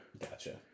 Gotcha